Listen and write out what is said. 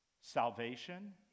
salvation